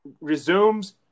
resumes